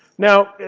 now,